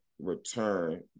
return